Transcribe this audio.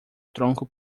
tronco